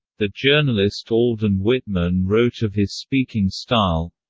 the journalist alden whitman wrote of his speaking style